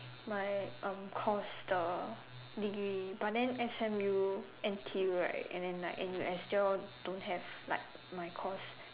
my um course the degree but then S_M_U N_T_U right and then like N_U_S they all don't have like my course